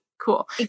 cool